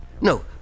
no